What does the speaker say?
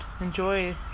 enjoy